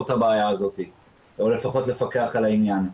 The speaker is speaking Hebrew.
את הבעיה הזאת או לפחות לפקח על העניין.